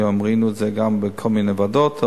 היום ראינו את זה גם בכל מיני ועדות,